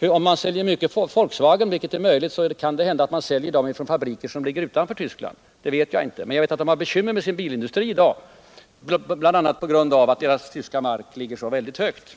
Om man säljer många Volkswagenbilar, vilket är möjligt, så kan det hända att man säljer dem från fabriker som ligger utanför Tyskland. Hur det är med detta vet jag inte, men jag vet att tyskarna har bekymmer med sin bilindustri i dag, bl.a. på grund av att den tyska marken ligger så väldigt högt.